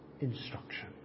instruction